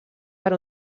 per